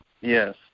Yes